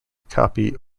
copy